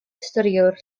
storïwr